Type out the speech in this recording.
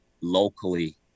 locally